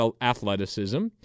athleticism